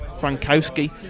Frankowski